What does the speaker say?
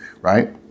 right